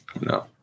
No